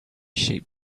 sheep